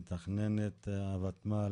מתכננת הוותמ"ל.